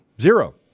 Zero